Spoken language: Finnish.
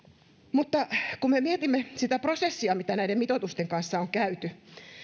mutta kun me mietimme sitä prosessia mitä näiden mitoitusten kanssa on käyty